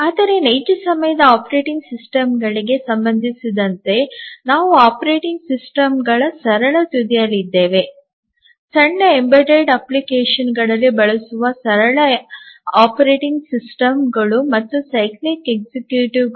ಆದರೆ ನೈಜ ಸಮಯದ ಆಪರೇಟಿಂಗ್ ಸಿಸ್ಟಮ್ಗಳಿಗೆ ಸಂಬಂಧಿಸಿದಂತೆ ನಾವು ಆಪರೇಟಿಂಗ್ ಸಿಸ್ಟಮ್ಗಳ ಸರಳ ತುದಿಯಲ್ಲಿದ್ದೇವೆ ಸಣ್ಣ ಎಂಬೆಡೆಡ್ ಅಪ್ಲಿಕೇಶನ್ಗಳಲ್ಲಿ ಬಳಸುವ ಸರಳ ಆಪರೇಟಿಂಗ್ ಸಿಸ್ಟಂಗಳು ಮತ್ತು ಸೈಕ್ಲಿಕ್ ಎಕ್ಸಿಕ್ಯೂಟಿವ್ಗಳು